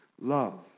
Love